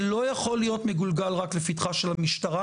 זה לא יכול להיות רק מגולגל לפתחה של המשטרה,